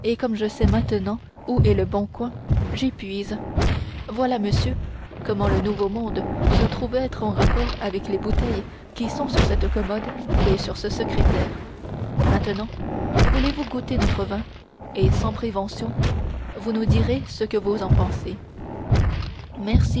comme je sais maintenant où est le bon coin j'y puise voici monsieur comment le nouveau monde se trouve être en rapport avec les bouteilles qui sont sur cette commode et sur ce secrétaire maintenant voulez-vous goûter notre vin et sans prévention vous nous direz ce que vous en pensez